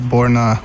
Borna